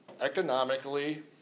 economically